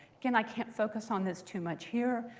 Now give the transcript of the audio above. again, i can't focus on this too much here.